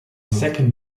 second